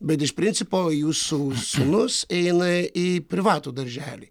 bet iš principo jūsų sūnus eina į privatų darželį